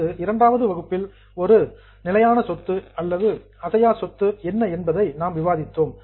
நமது இரண்டாவது வகுப்பில் ஒரு பிக்ஸட் ஆசெட் நிலையான அல்லது அசையா சொத்து என்ன என்பதை நாம் விவாதித்தோம்